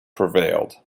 prevailed